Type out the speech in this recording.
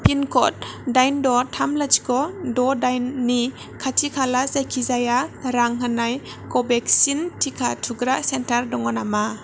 पिनक'ड दाइन द' थाम लथिख' द' दाइननि खाथि खाला जायखिजाया रां होनाय क'भेक्सिन टिका थुग्रा सेन्टार दङ नामा